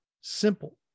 simple